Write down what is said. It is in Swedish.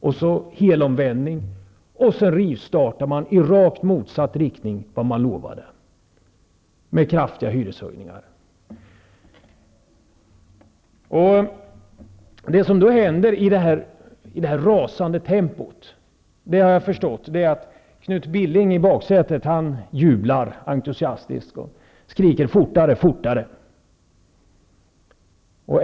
Därpå gör man en helomvändning, och så rivstartar man i rakt motsatt riktning mot vad man lovade, med kraftiga hyreshöjningar. Det som händer i det här rasande tempot är, har jag förstått, att Knut Billing i baksätet jublar entusiastiskt och skriker: Fortare, fortare!